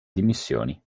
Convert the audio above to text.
dimissioni